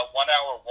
one-hour